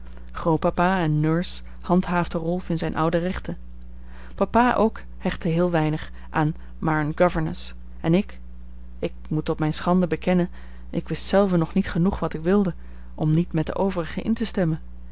grootpapa en nurse handhaafden rolf in zijne oude rechten papa ook hechtte heel weinig aan maar een governess en ik ik moet het tot mijne schande bekennen ik wist zelve nog niet genoeg wat ik wilde om niet met de overigen in te stemmen